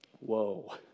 Whoa